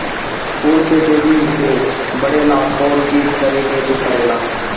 फूल के तेजी से बढ़े ला कौन चिज करे के परेला?